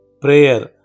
Prayer